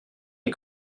les